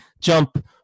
jump